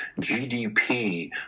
GDP